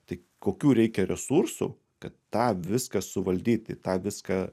tai kokių reikia resursų kad tą viską suvaldyti tą viską